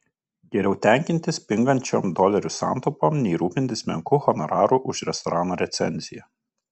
geriau tenkintis pingančiom dolerių santaupom nei rūpintis menku honoraru už restorano recenziją